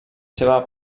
seva